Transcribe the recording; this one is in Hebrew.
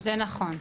זה נכון.